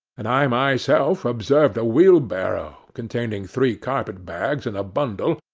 and i myself observed a wheelbarrow, containing three carpet bags and a bundle,